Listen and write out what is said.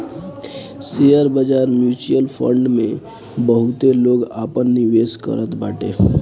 share बाजार, mutual fund में बहुते लोग आपन निवेश करत बाटे